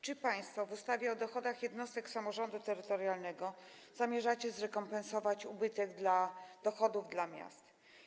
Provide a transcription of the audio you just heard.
Czy państwo w ustawie o dochodach jednostek samorządu terytorialnego zamierzacie zrekompensować ubytek w dochodach miast?